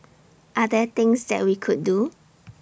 are there things that we could do